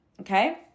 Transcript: Okay